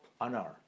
Anar